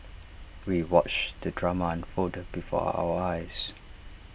we watched the drama unfold before our eyes